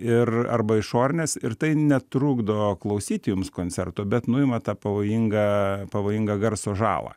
ir arba išorines ir tai netrukdo klausyt jums koncerto bet nuima tą pavojingą pavojingą garso žalą